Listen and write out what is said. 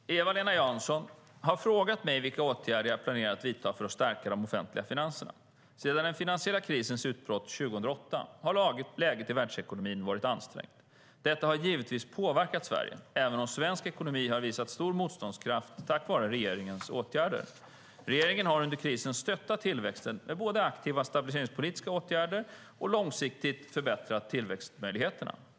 Herr talman! Eva-Lena Jansson har frågat mig vilka åtgärder jag planerar att vidta för att stärka de offentliga finanserna. Sedan den finansiella krisens utbrott 2008 har läget i världsekonomin varit ansträngt. Detta har givetvis påverkat Sverige, även om svensk ekonomi har visat stor motståndskraft tack vare regeringens åtgärder. Regeringen har under krisen stöttat tillväxten med aktiva stabiliseringspolitiska åtgärder och långsiktigt förbättrat tillväxtmöjligheterna.